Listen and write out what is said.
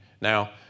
Now